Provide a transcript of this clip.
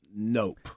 Nope